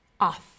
off